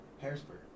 Harrisburg